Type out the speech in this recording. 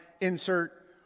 insert